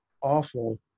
awful